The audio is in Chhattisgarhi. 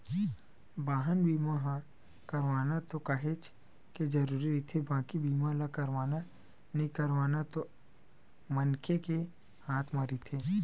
बाहन बीमा ह करवाना तो काहेच के जरुरी रहिथे बाकी बीमा ल करवाना नइ करवाना ओ तो मनखे के हात म रहिथे